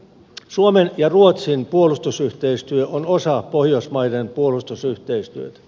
suomen ja ruotsin puolustusyhteistyö on osa pohjoismaiden puolustusyhteistyötä